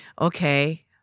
Okay